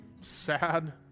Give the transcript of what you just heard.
sad